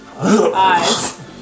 eyes